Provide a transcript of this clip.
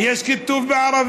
מה לעשות, יש כיתוב בערבית.